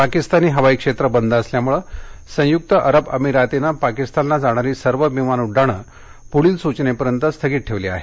पाकिस्तानी हवाई क्षेत्र बंद असल्यामुळं संयुक्त अरब अमिरातीनं पाकिस्तानला जाणारी सर्व विमान उड्डाणं पुढील सूचनेपर्यंत स्थगित ठेवली आहेत